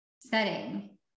setting